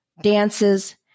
dances